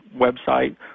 website